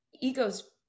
egos